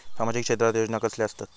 सामाजिक क्षेत्रात योजना कसले असतत?